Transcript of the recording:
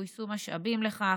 וגויסו המשאבים לכך.